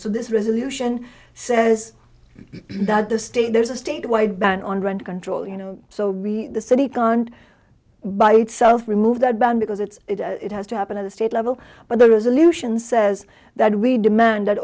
so this resolution says that the state there's a state wide ban on rent control you know so the city can't by itself remove that ban because it's it has to happen at the state level but the resolution says that we demand that